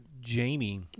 Jamie